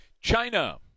China